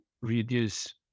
reduce